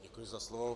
Děkuji za slovo.